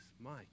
Mike